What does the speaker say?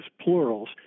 plurals